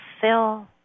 fill